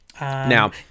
Now